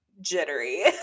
jittery